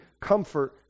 comfort